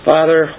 Father